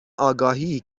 آگاهی